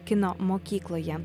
kino mokykloje